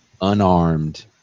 unarmed